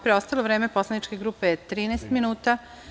Preostalo vreme poslaničke grupe je 13 minuta.